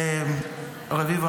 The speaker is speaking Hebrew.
רביבו,